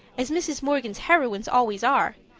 as mrs. morgan's heroines' always are,